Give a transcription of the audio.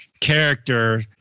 character